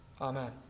Amen